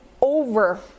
over